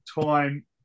time